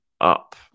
up